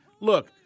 look